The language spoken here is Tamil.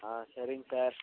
ஆ சரிங்க சார்